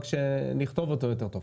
רק שנכתוב אותו יותר טוב.